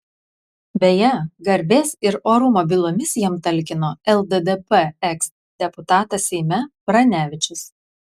beje garbės ir orumo bylomis jam talkino lddp eksdeputatas seime pranevičius